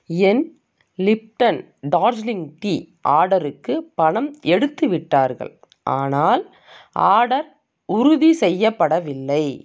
என் Lipton Darjeeling tea ஆர்டருக்கு பணம் எடுத்துவிட்டார்கள் ஆனால் ஆர்டர் உறுதி செய்யப்படவில்லை